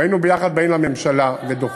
והיינו ביחד באים לממשלה ודוחים.